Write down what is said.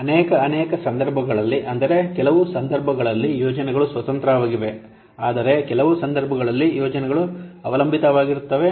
ಅನೇಕ ಅನೇಕ ಸಂದರ್ಭಗಳಲ್ಲಿ ಅಂದರೆ ಕೆಲವು ಸಂದರ್ಭಗಳಲ್ಲಿ ಯೋಜನೆಗಳು ಸ್ವತಂತ್ರವಾಗಿವೆ ಆದರೆ ಕೆಲವು ಸಂದರ್ಭಗಳಲ್ಲಿ ಯೋಜನೆಗಳು ಅವಲಂಬಿತವಾಗಿರುತ್ತದೆ